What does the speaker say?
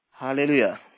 Hallelujah